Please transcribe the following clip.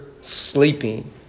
sleeping